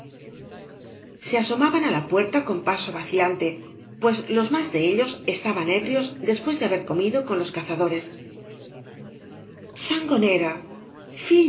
se asomaban á la puerta con paso vacilantes puea los más de ellos estaban ebrios después de haber comido con los cazadores sangonera